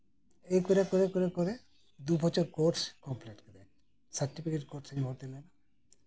ᱮᱭ ᱠᱚᱨᱮ ᱠᱚᱨᱮ ᱫᱩ ᱵᱚᱪᱷᱚᱨ ᱠᱳᱨᱥ ᱠᱚᱢᱯᱤᱞᱤᱴ ᱮᱱᱟ ᱥᱟᱨᱴᱚᱯᱷᱤᱠᱮᱴ ᱠᱳᱨᱥ ᱨᱤᱧ ᱵᱷᱚᱨᱛᱤ ᱞᱮᱱᱟ